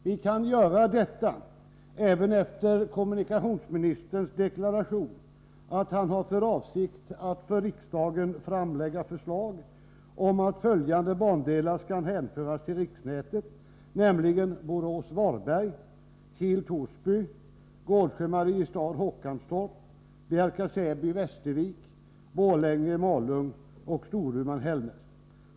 Vi kan göra detta även efter kommunikationsministerns deklaration att han har för avsikt att för riksdagen framlägga förslag om att följande bandelar skall föras till riksnätet, nämligen: Borås-Varberg, Kil-Torsby, Gårdsjö-Mariestad-Håkantorp, Bjärka/Säby-Västervik, Borlänge-Malung och Storuman-Hällnäs.